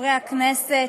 חברי הכנסת,